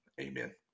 Amen